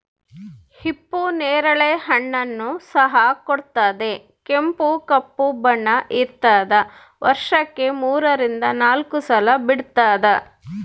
ಹಿಪ್ಪು ನೇರಳೆ ಹಣ್ಣನ್ನು ಸಹ ಕೊಡುತ್ತದೆ ಕೆಂಪು ಕಪ್ಪು ಬಣ್ಣ ಇರ್ತಾದ ವರ್ಷಕ್ಕೆ ಮೂರರಿಂದ ನಾಲ್ಕು ಸಲ ಬಿಡ್ತಾದ